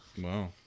Wow